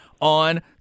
on